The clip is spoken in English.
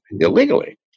illegally